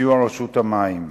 בסיוע רשות המים.